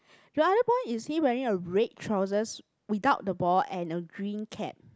the other boy is he wearing a red trousers without the ball and a green cap